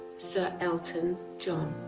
sir elton john.